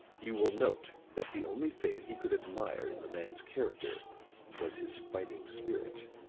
you will note that the only thing he could admire in the man's character was his fighting spirit.